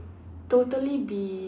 totally be